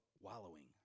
wallowing